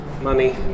Money